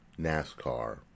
NASCAR